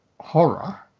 horror